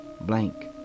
blank